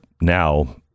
now